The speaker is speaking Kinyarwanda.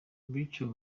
bityo